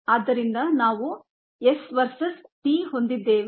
ಆದ್ದರಿಂದ ನಾವು s versus t ಹೊಂದಿದ್ದೇವೆ